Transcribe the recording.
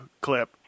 clip